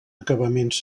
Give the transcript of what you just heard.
acabaments